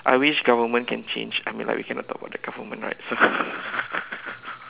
I wish government can change I mean like we cannot talk about the government right so